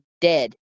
dead